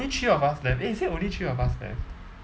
three of us left eh is it only three of us left